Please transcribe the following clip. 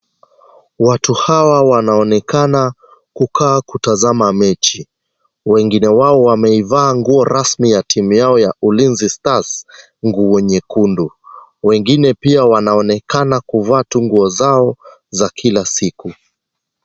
Watu hawa wanaonekana kukaa kutazama mechi. Wengi wao wamievaa nguo rasmi ya timu yao ya ulinzi (stars)nguo nyekundu ,wengine pia wanaonekana kuvaa tu nguo zao za kila siku.